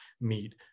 meet